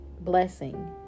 blessing